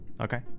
Okay